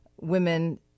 Women